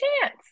chance